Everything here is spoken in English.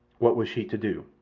what was she to do?